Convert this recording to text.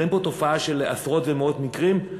אבל אין פה תופעה של עשרות ומאות מקרים.